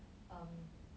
um